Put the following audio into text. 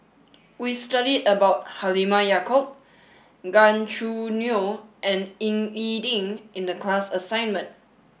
we studied about Halimah Yacob Gan Choo Neo and Ying E Ding in the class assignment